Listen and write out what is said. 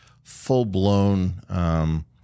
full-blown